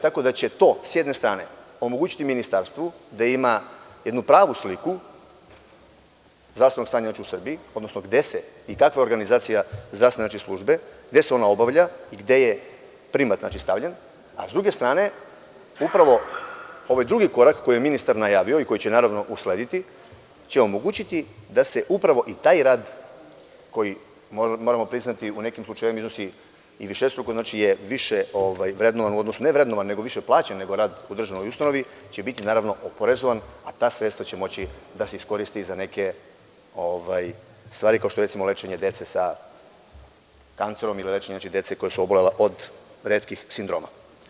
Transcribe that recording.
Tako da će to, sa jedne strane, omogućiti ministarstvu da ima jednu pravu sliku zdravstvenog stanja u Srbiji, odnosno gde se i kakva je organizacija zdravstvene službe, gde se ona obavlja i gde je primat stavljen, a, sa druge strane, upravo ovaj drugi korak, koji je ministar najavio i koji će, naravno, uslediti, će omogućiti da se upravo i taj rad koji, moramo priznati u nekim slučajevima iznosi i višestruko, više vrednovan, ne vrednovan nego više plaćen nego rad u državnoj ustanovi, će biti, naravno, oporezovan, a ta sredstva će moći da se iskoriste i za neke stvari, kao što je lečenje dece sa kancerom, ili lečenje dece koja su obolela od retkih sindroma.